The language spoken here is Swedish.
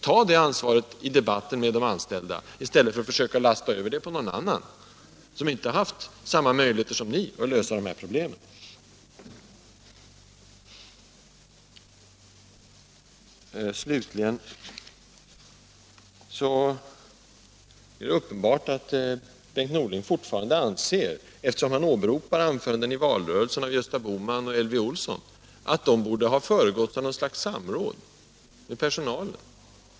Ta det ansvaret i debatten med de anställda i stället för att försöka lasta över det på någon annan, som inte haft samma möjligheter som ni att lösa problemen! Det är uppenbart att Bengt Norling fortfarande anser att anföranden i valrörelsen av Gösta Bohman och Elvy Olsson borde ha föregåtts av något slags samråd med personalen.